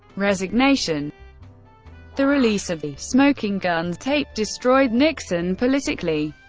resignation the release of the smoking gun tape destroyed nixon politically.